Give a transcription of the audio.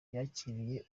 yakiriye